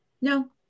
no